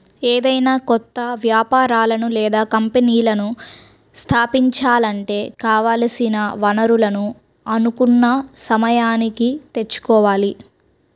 ఏదైనా కొత్త వ్యాపారాలను లేదా కంపెనీలను స్థాపించాలంటే కావాల్సిన వనరులను అనుకున్న సమయానికి తెచ్చుకోవాలి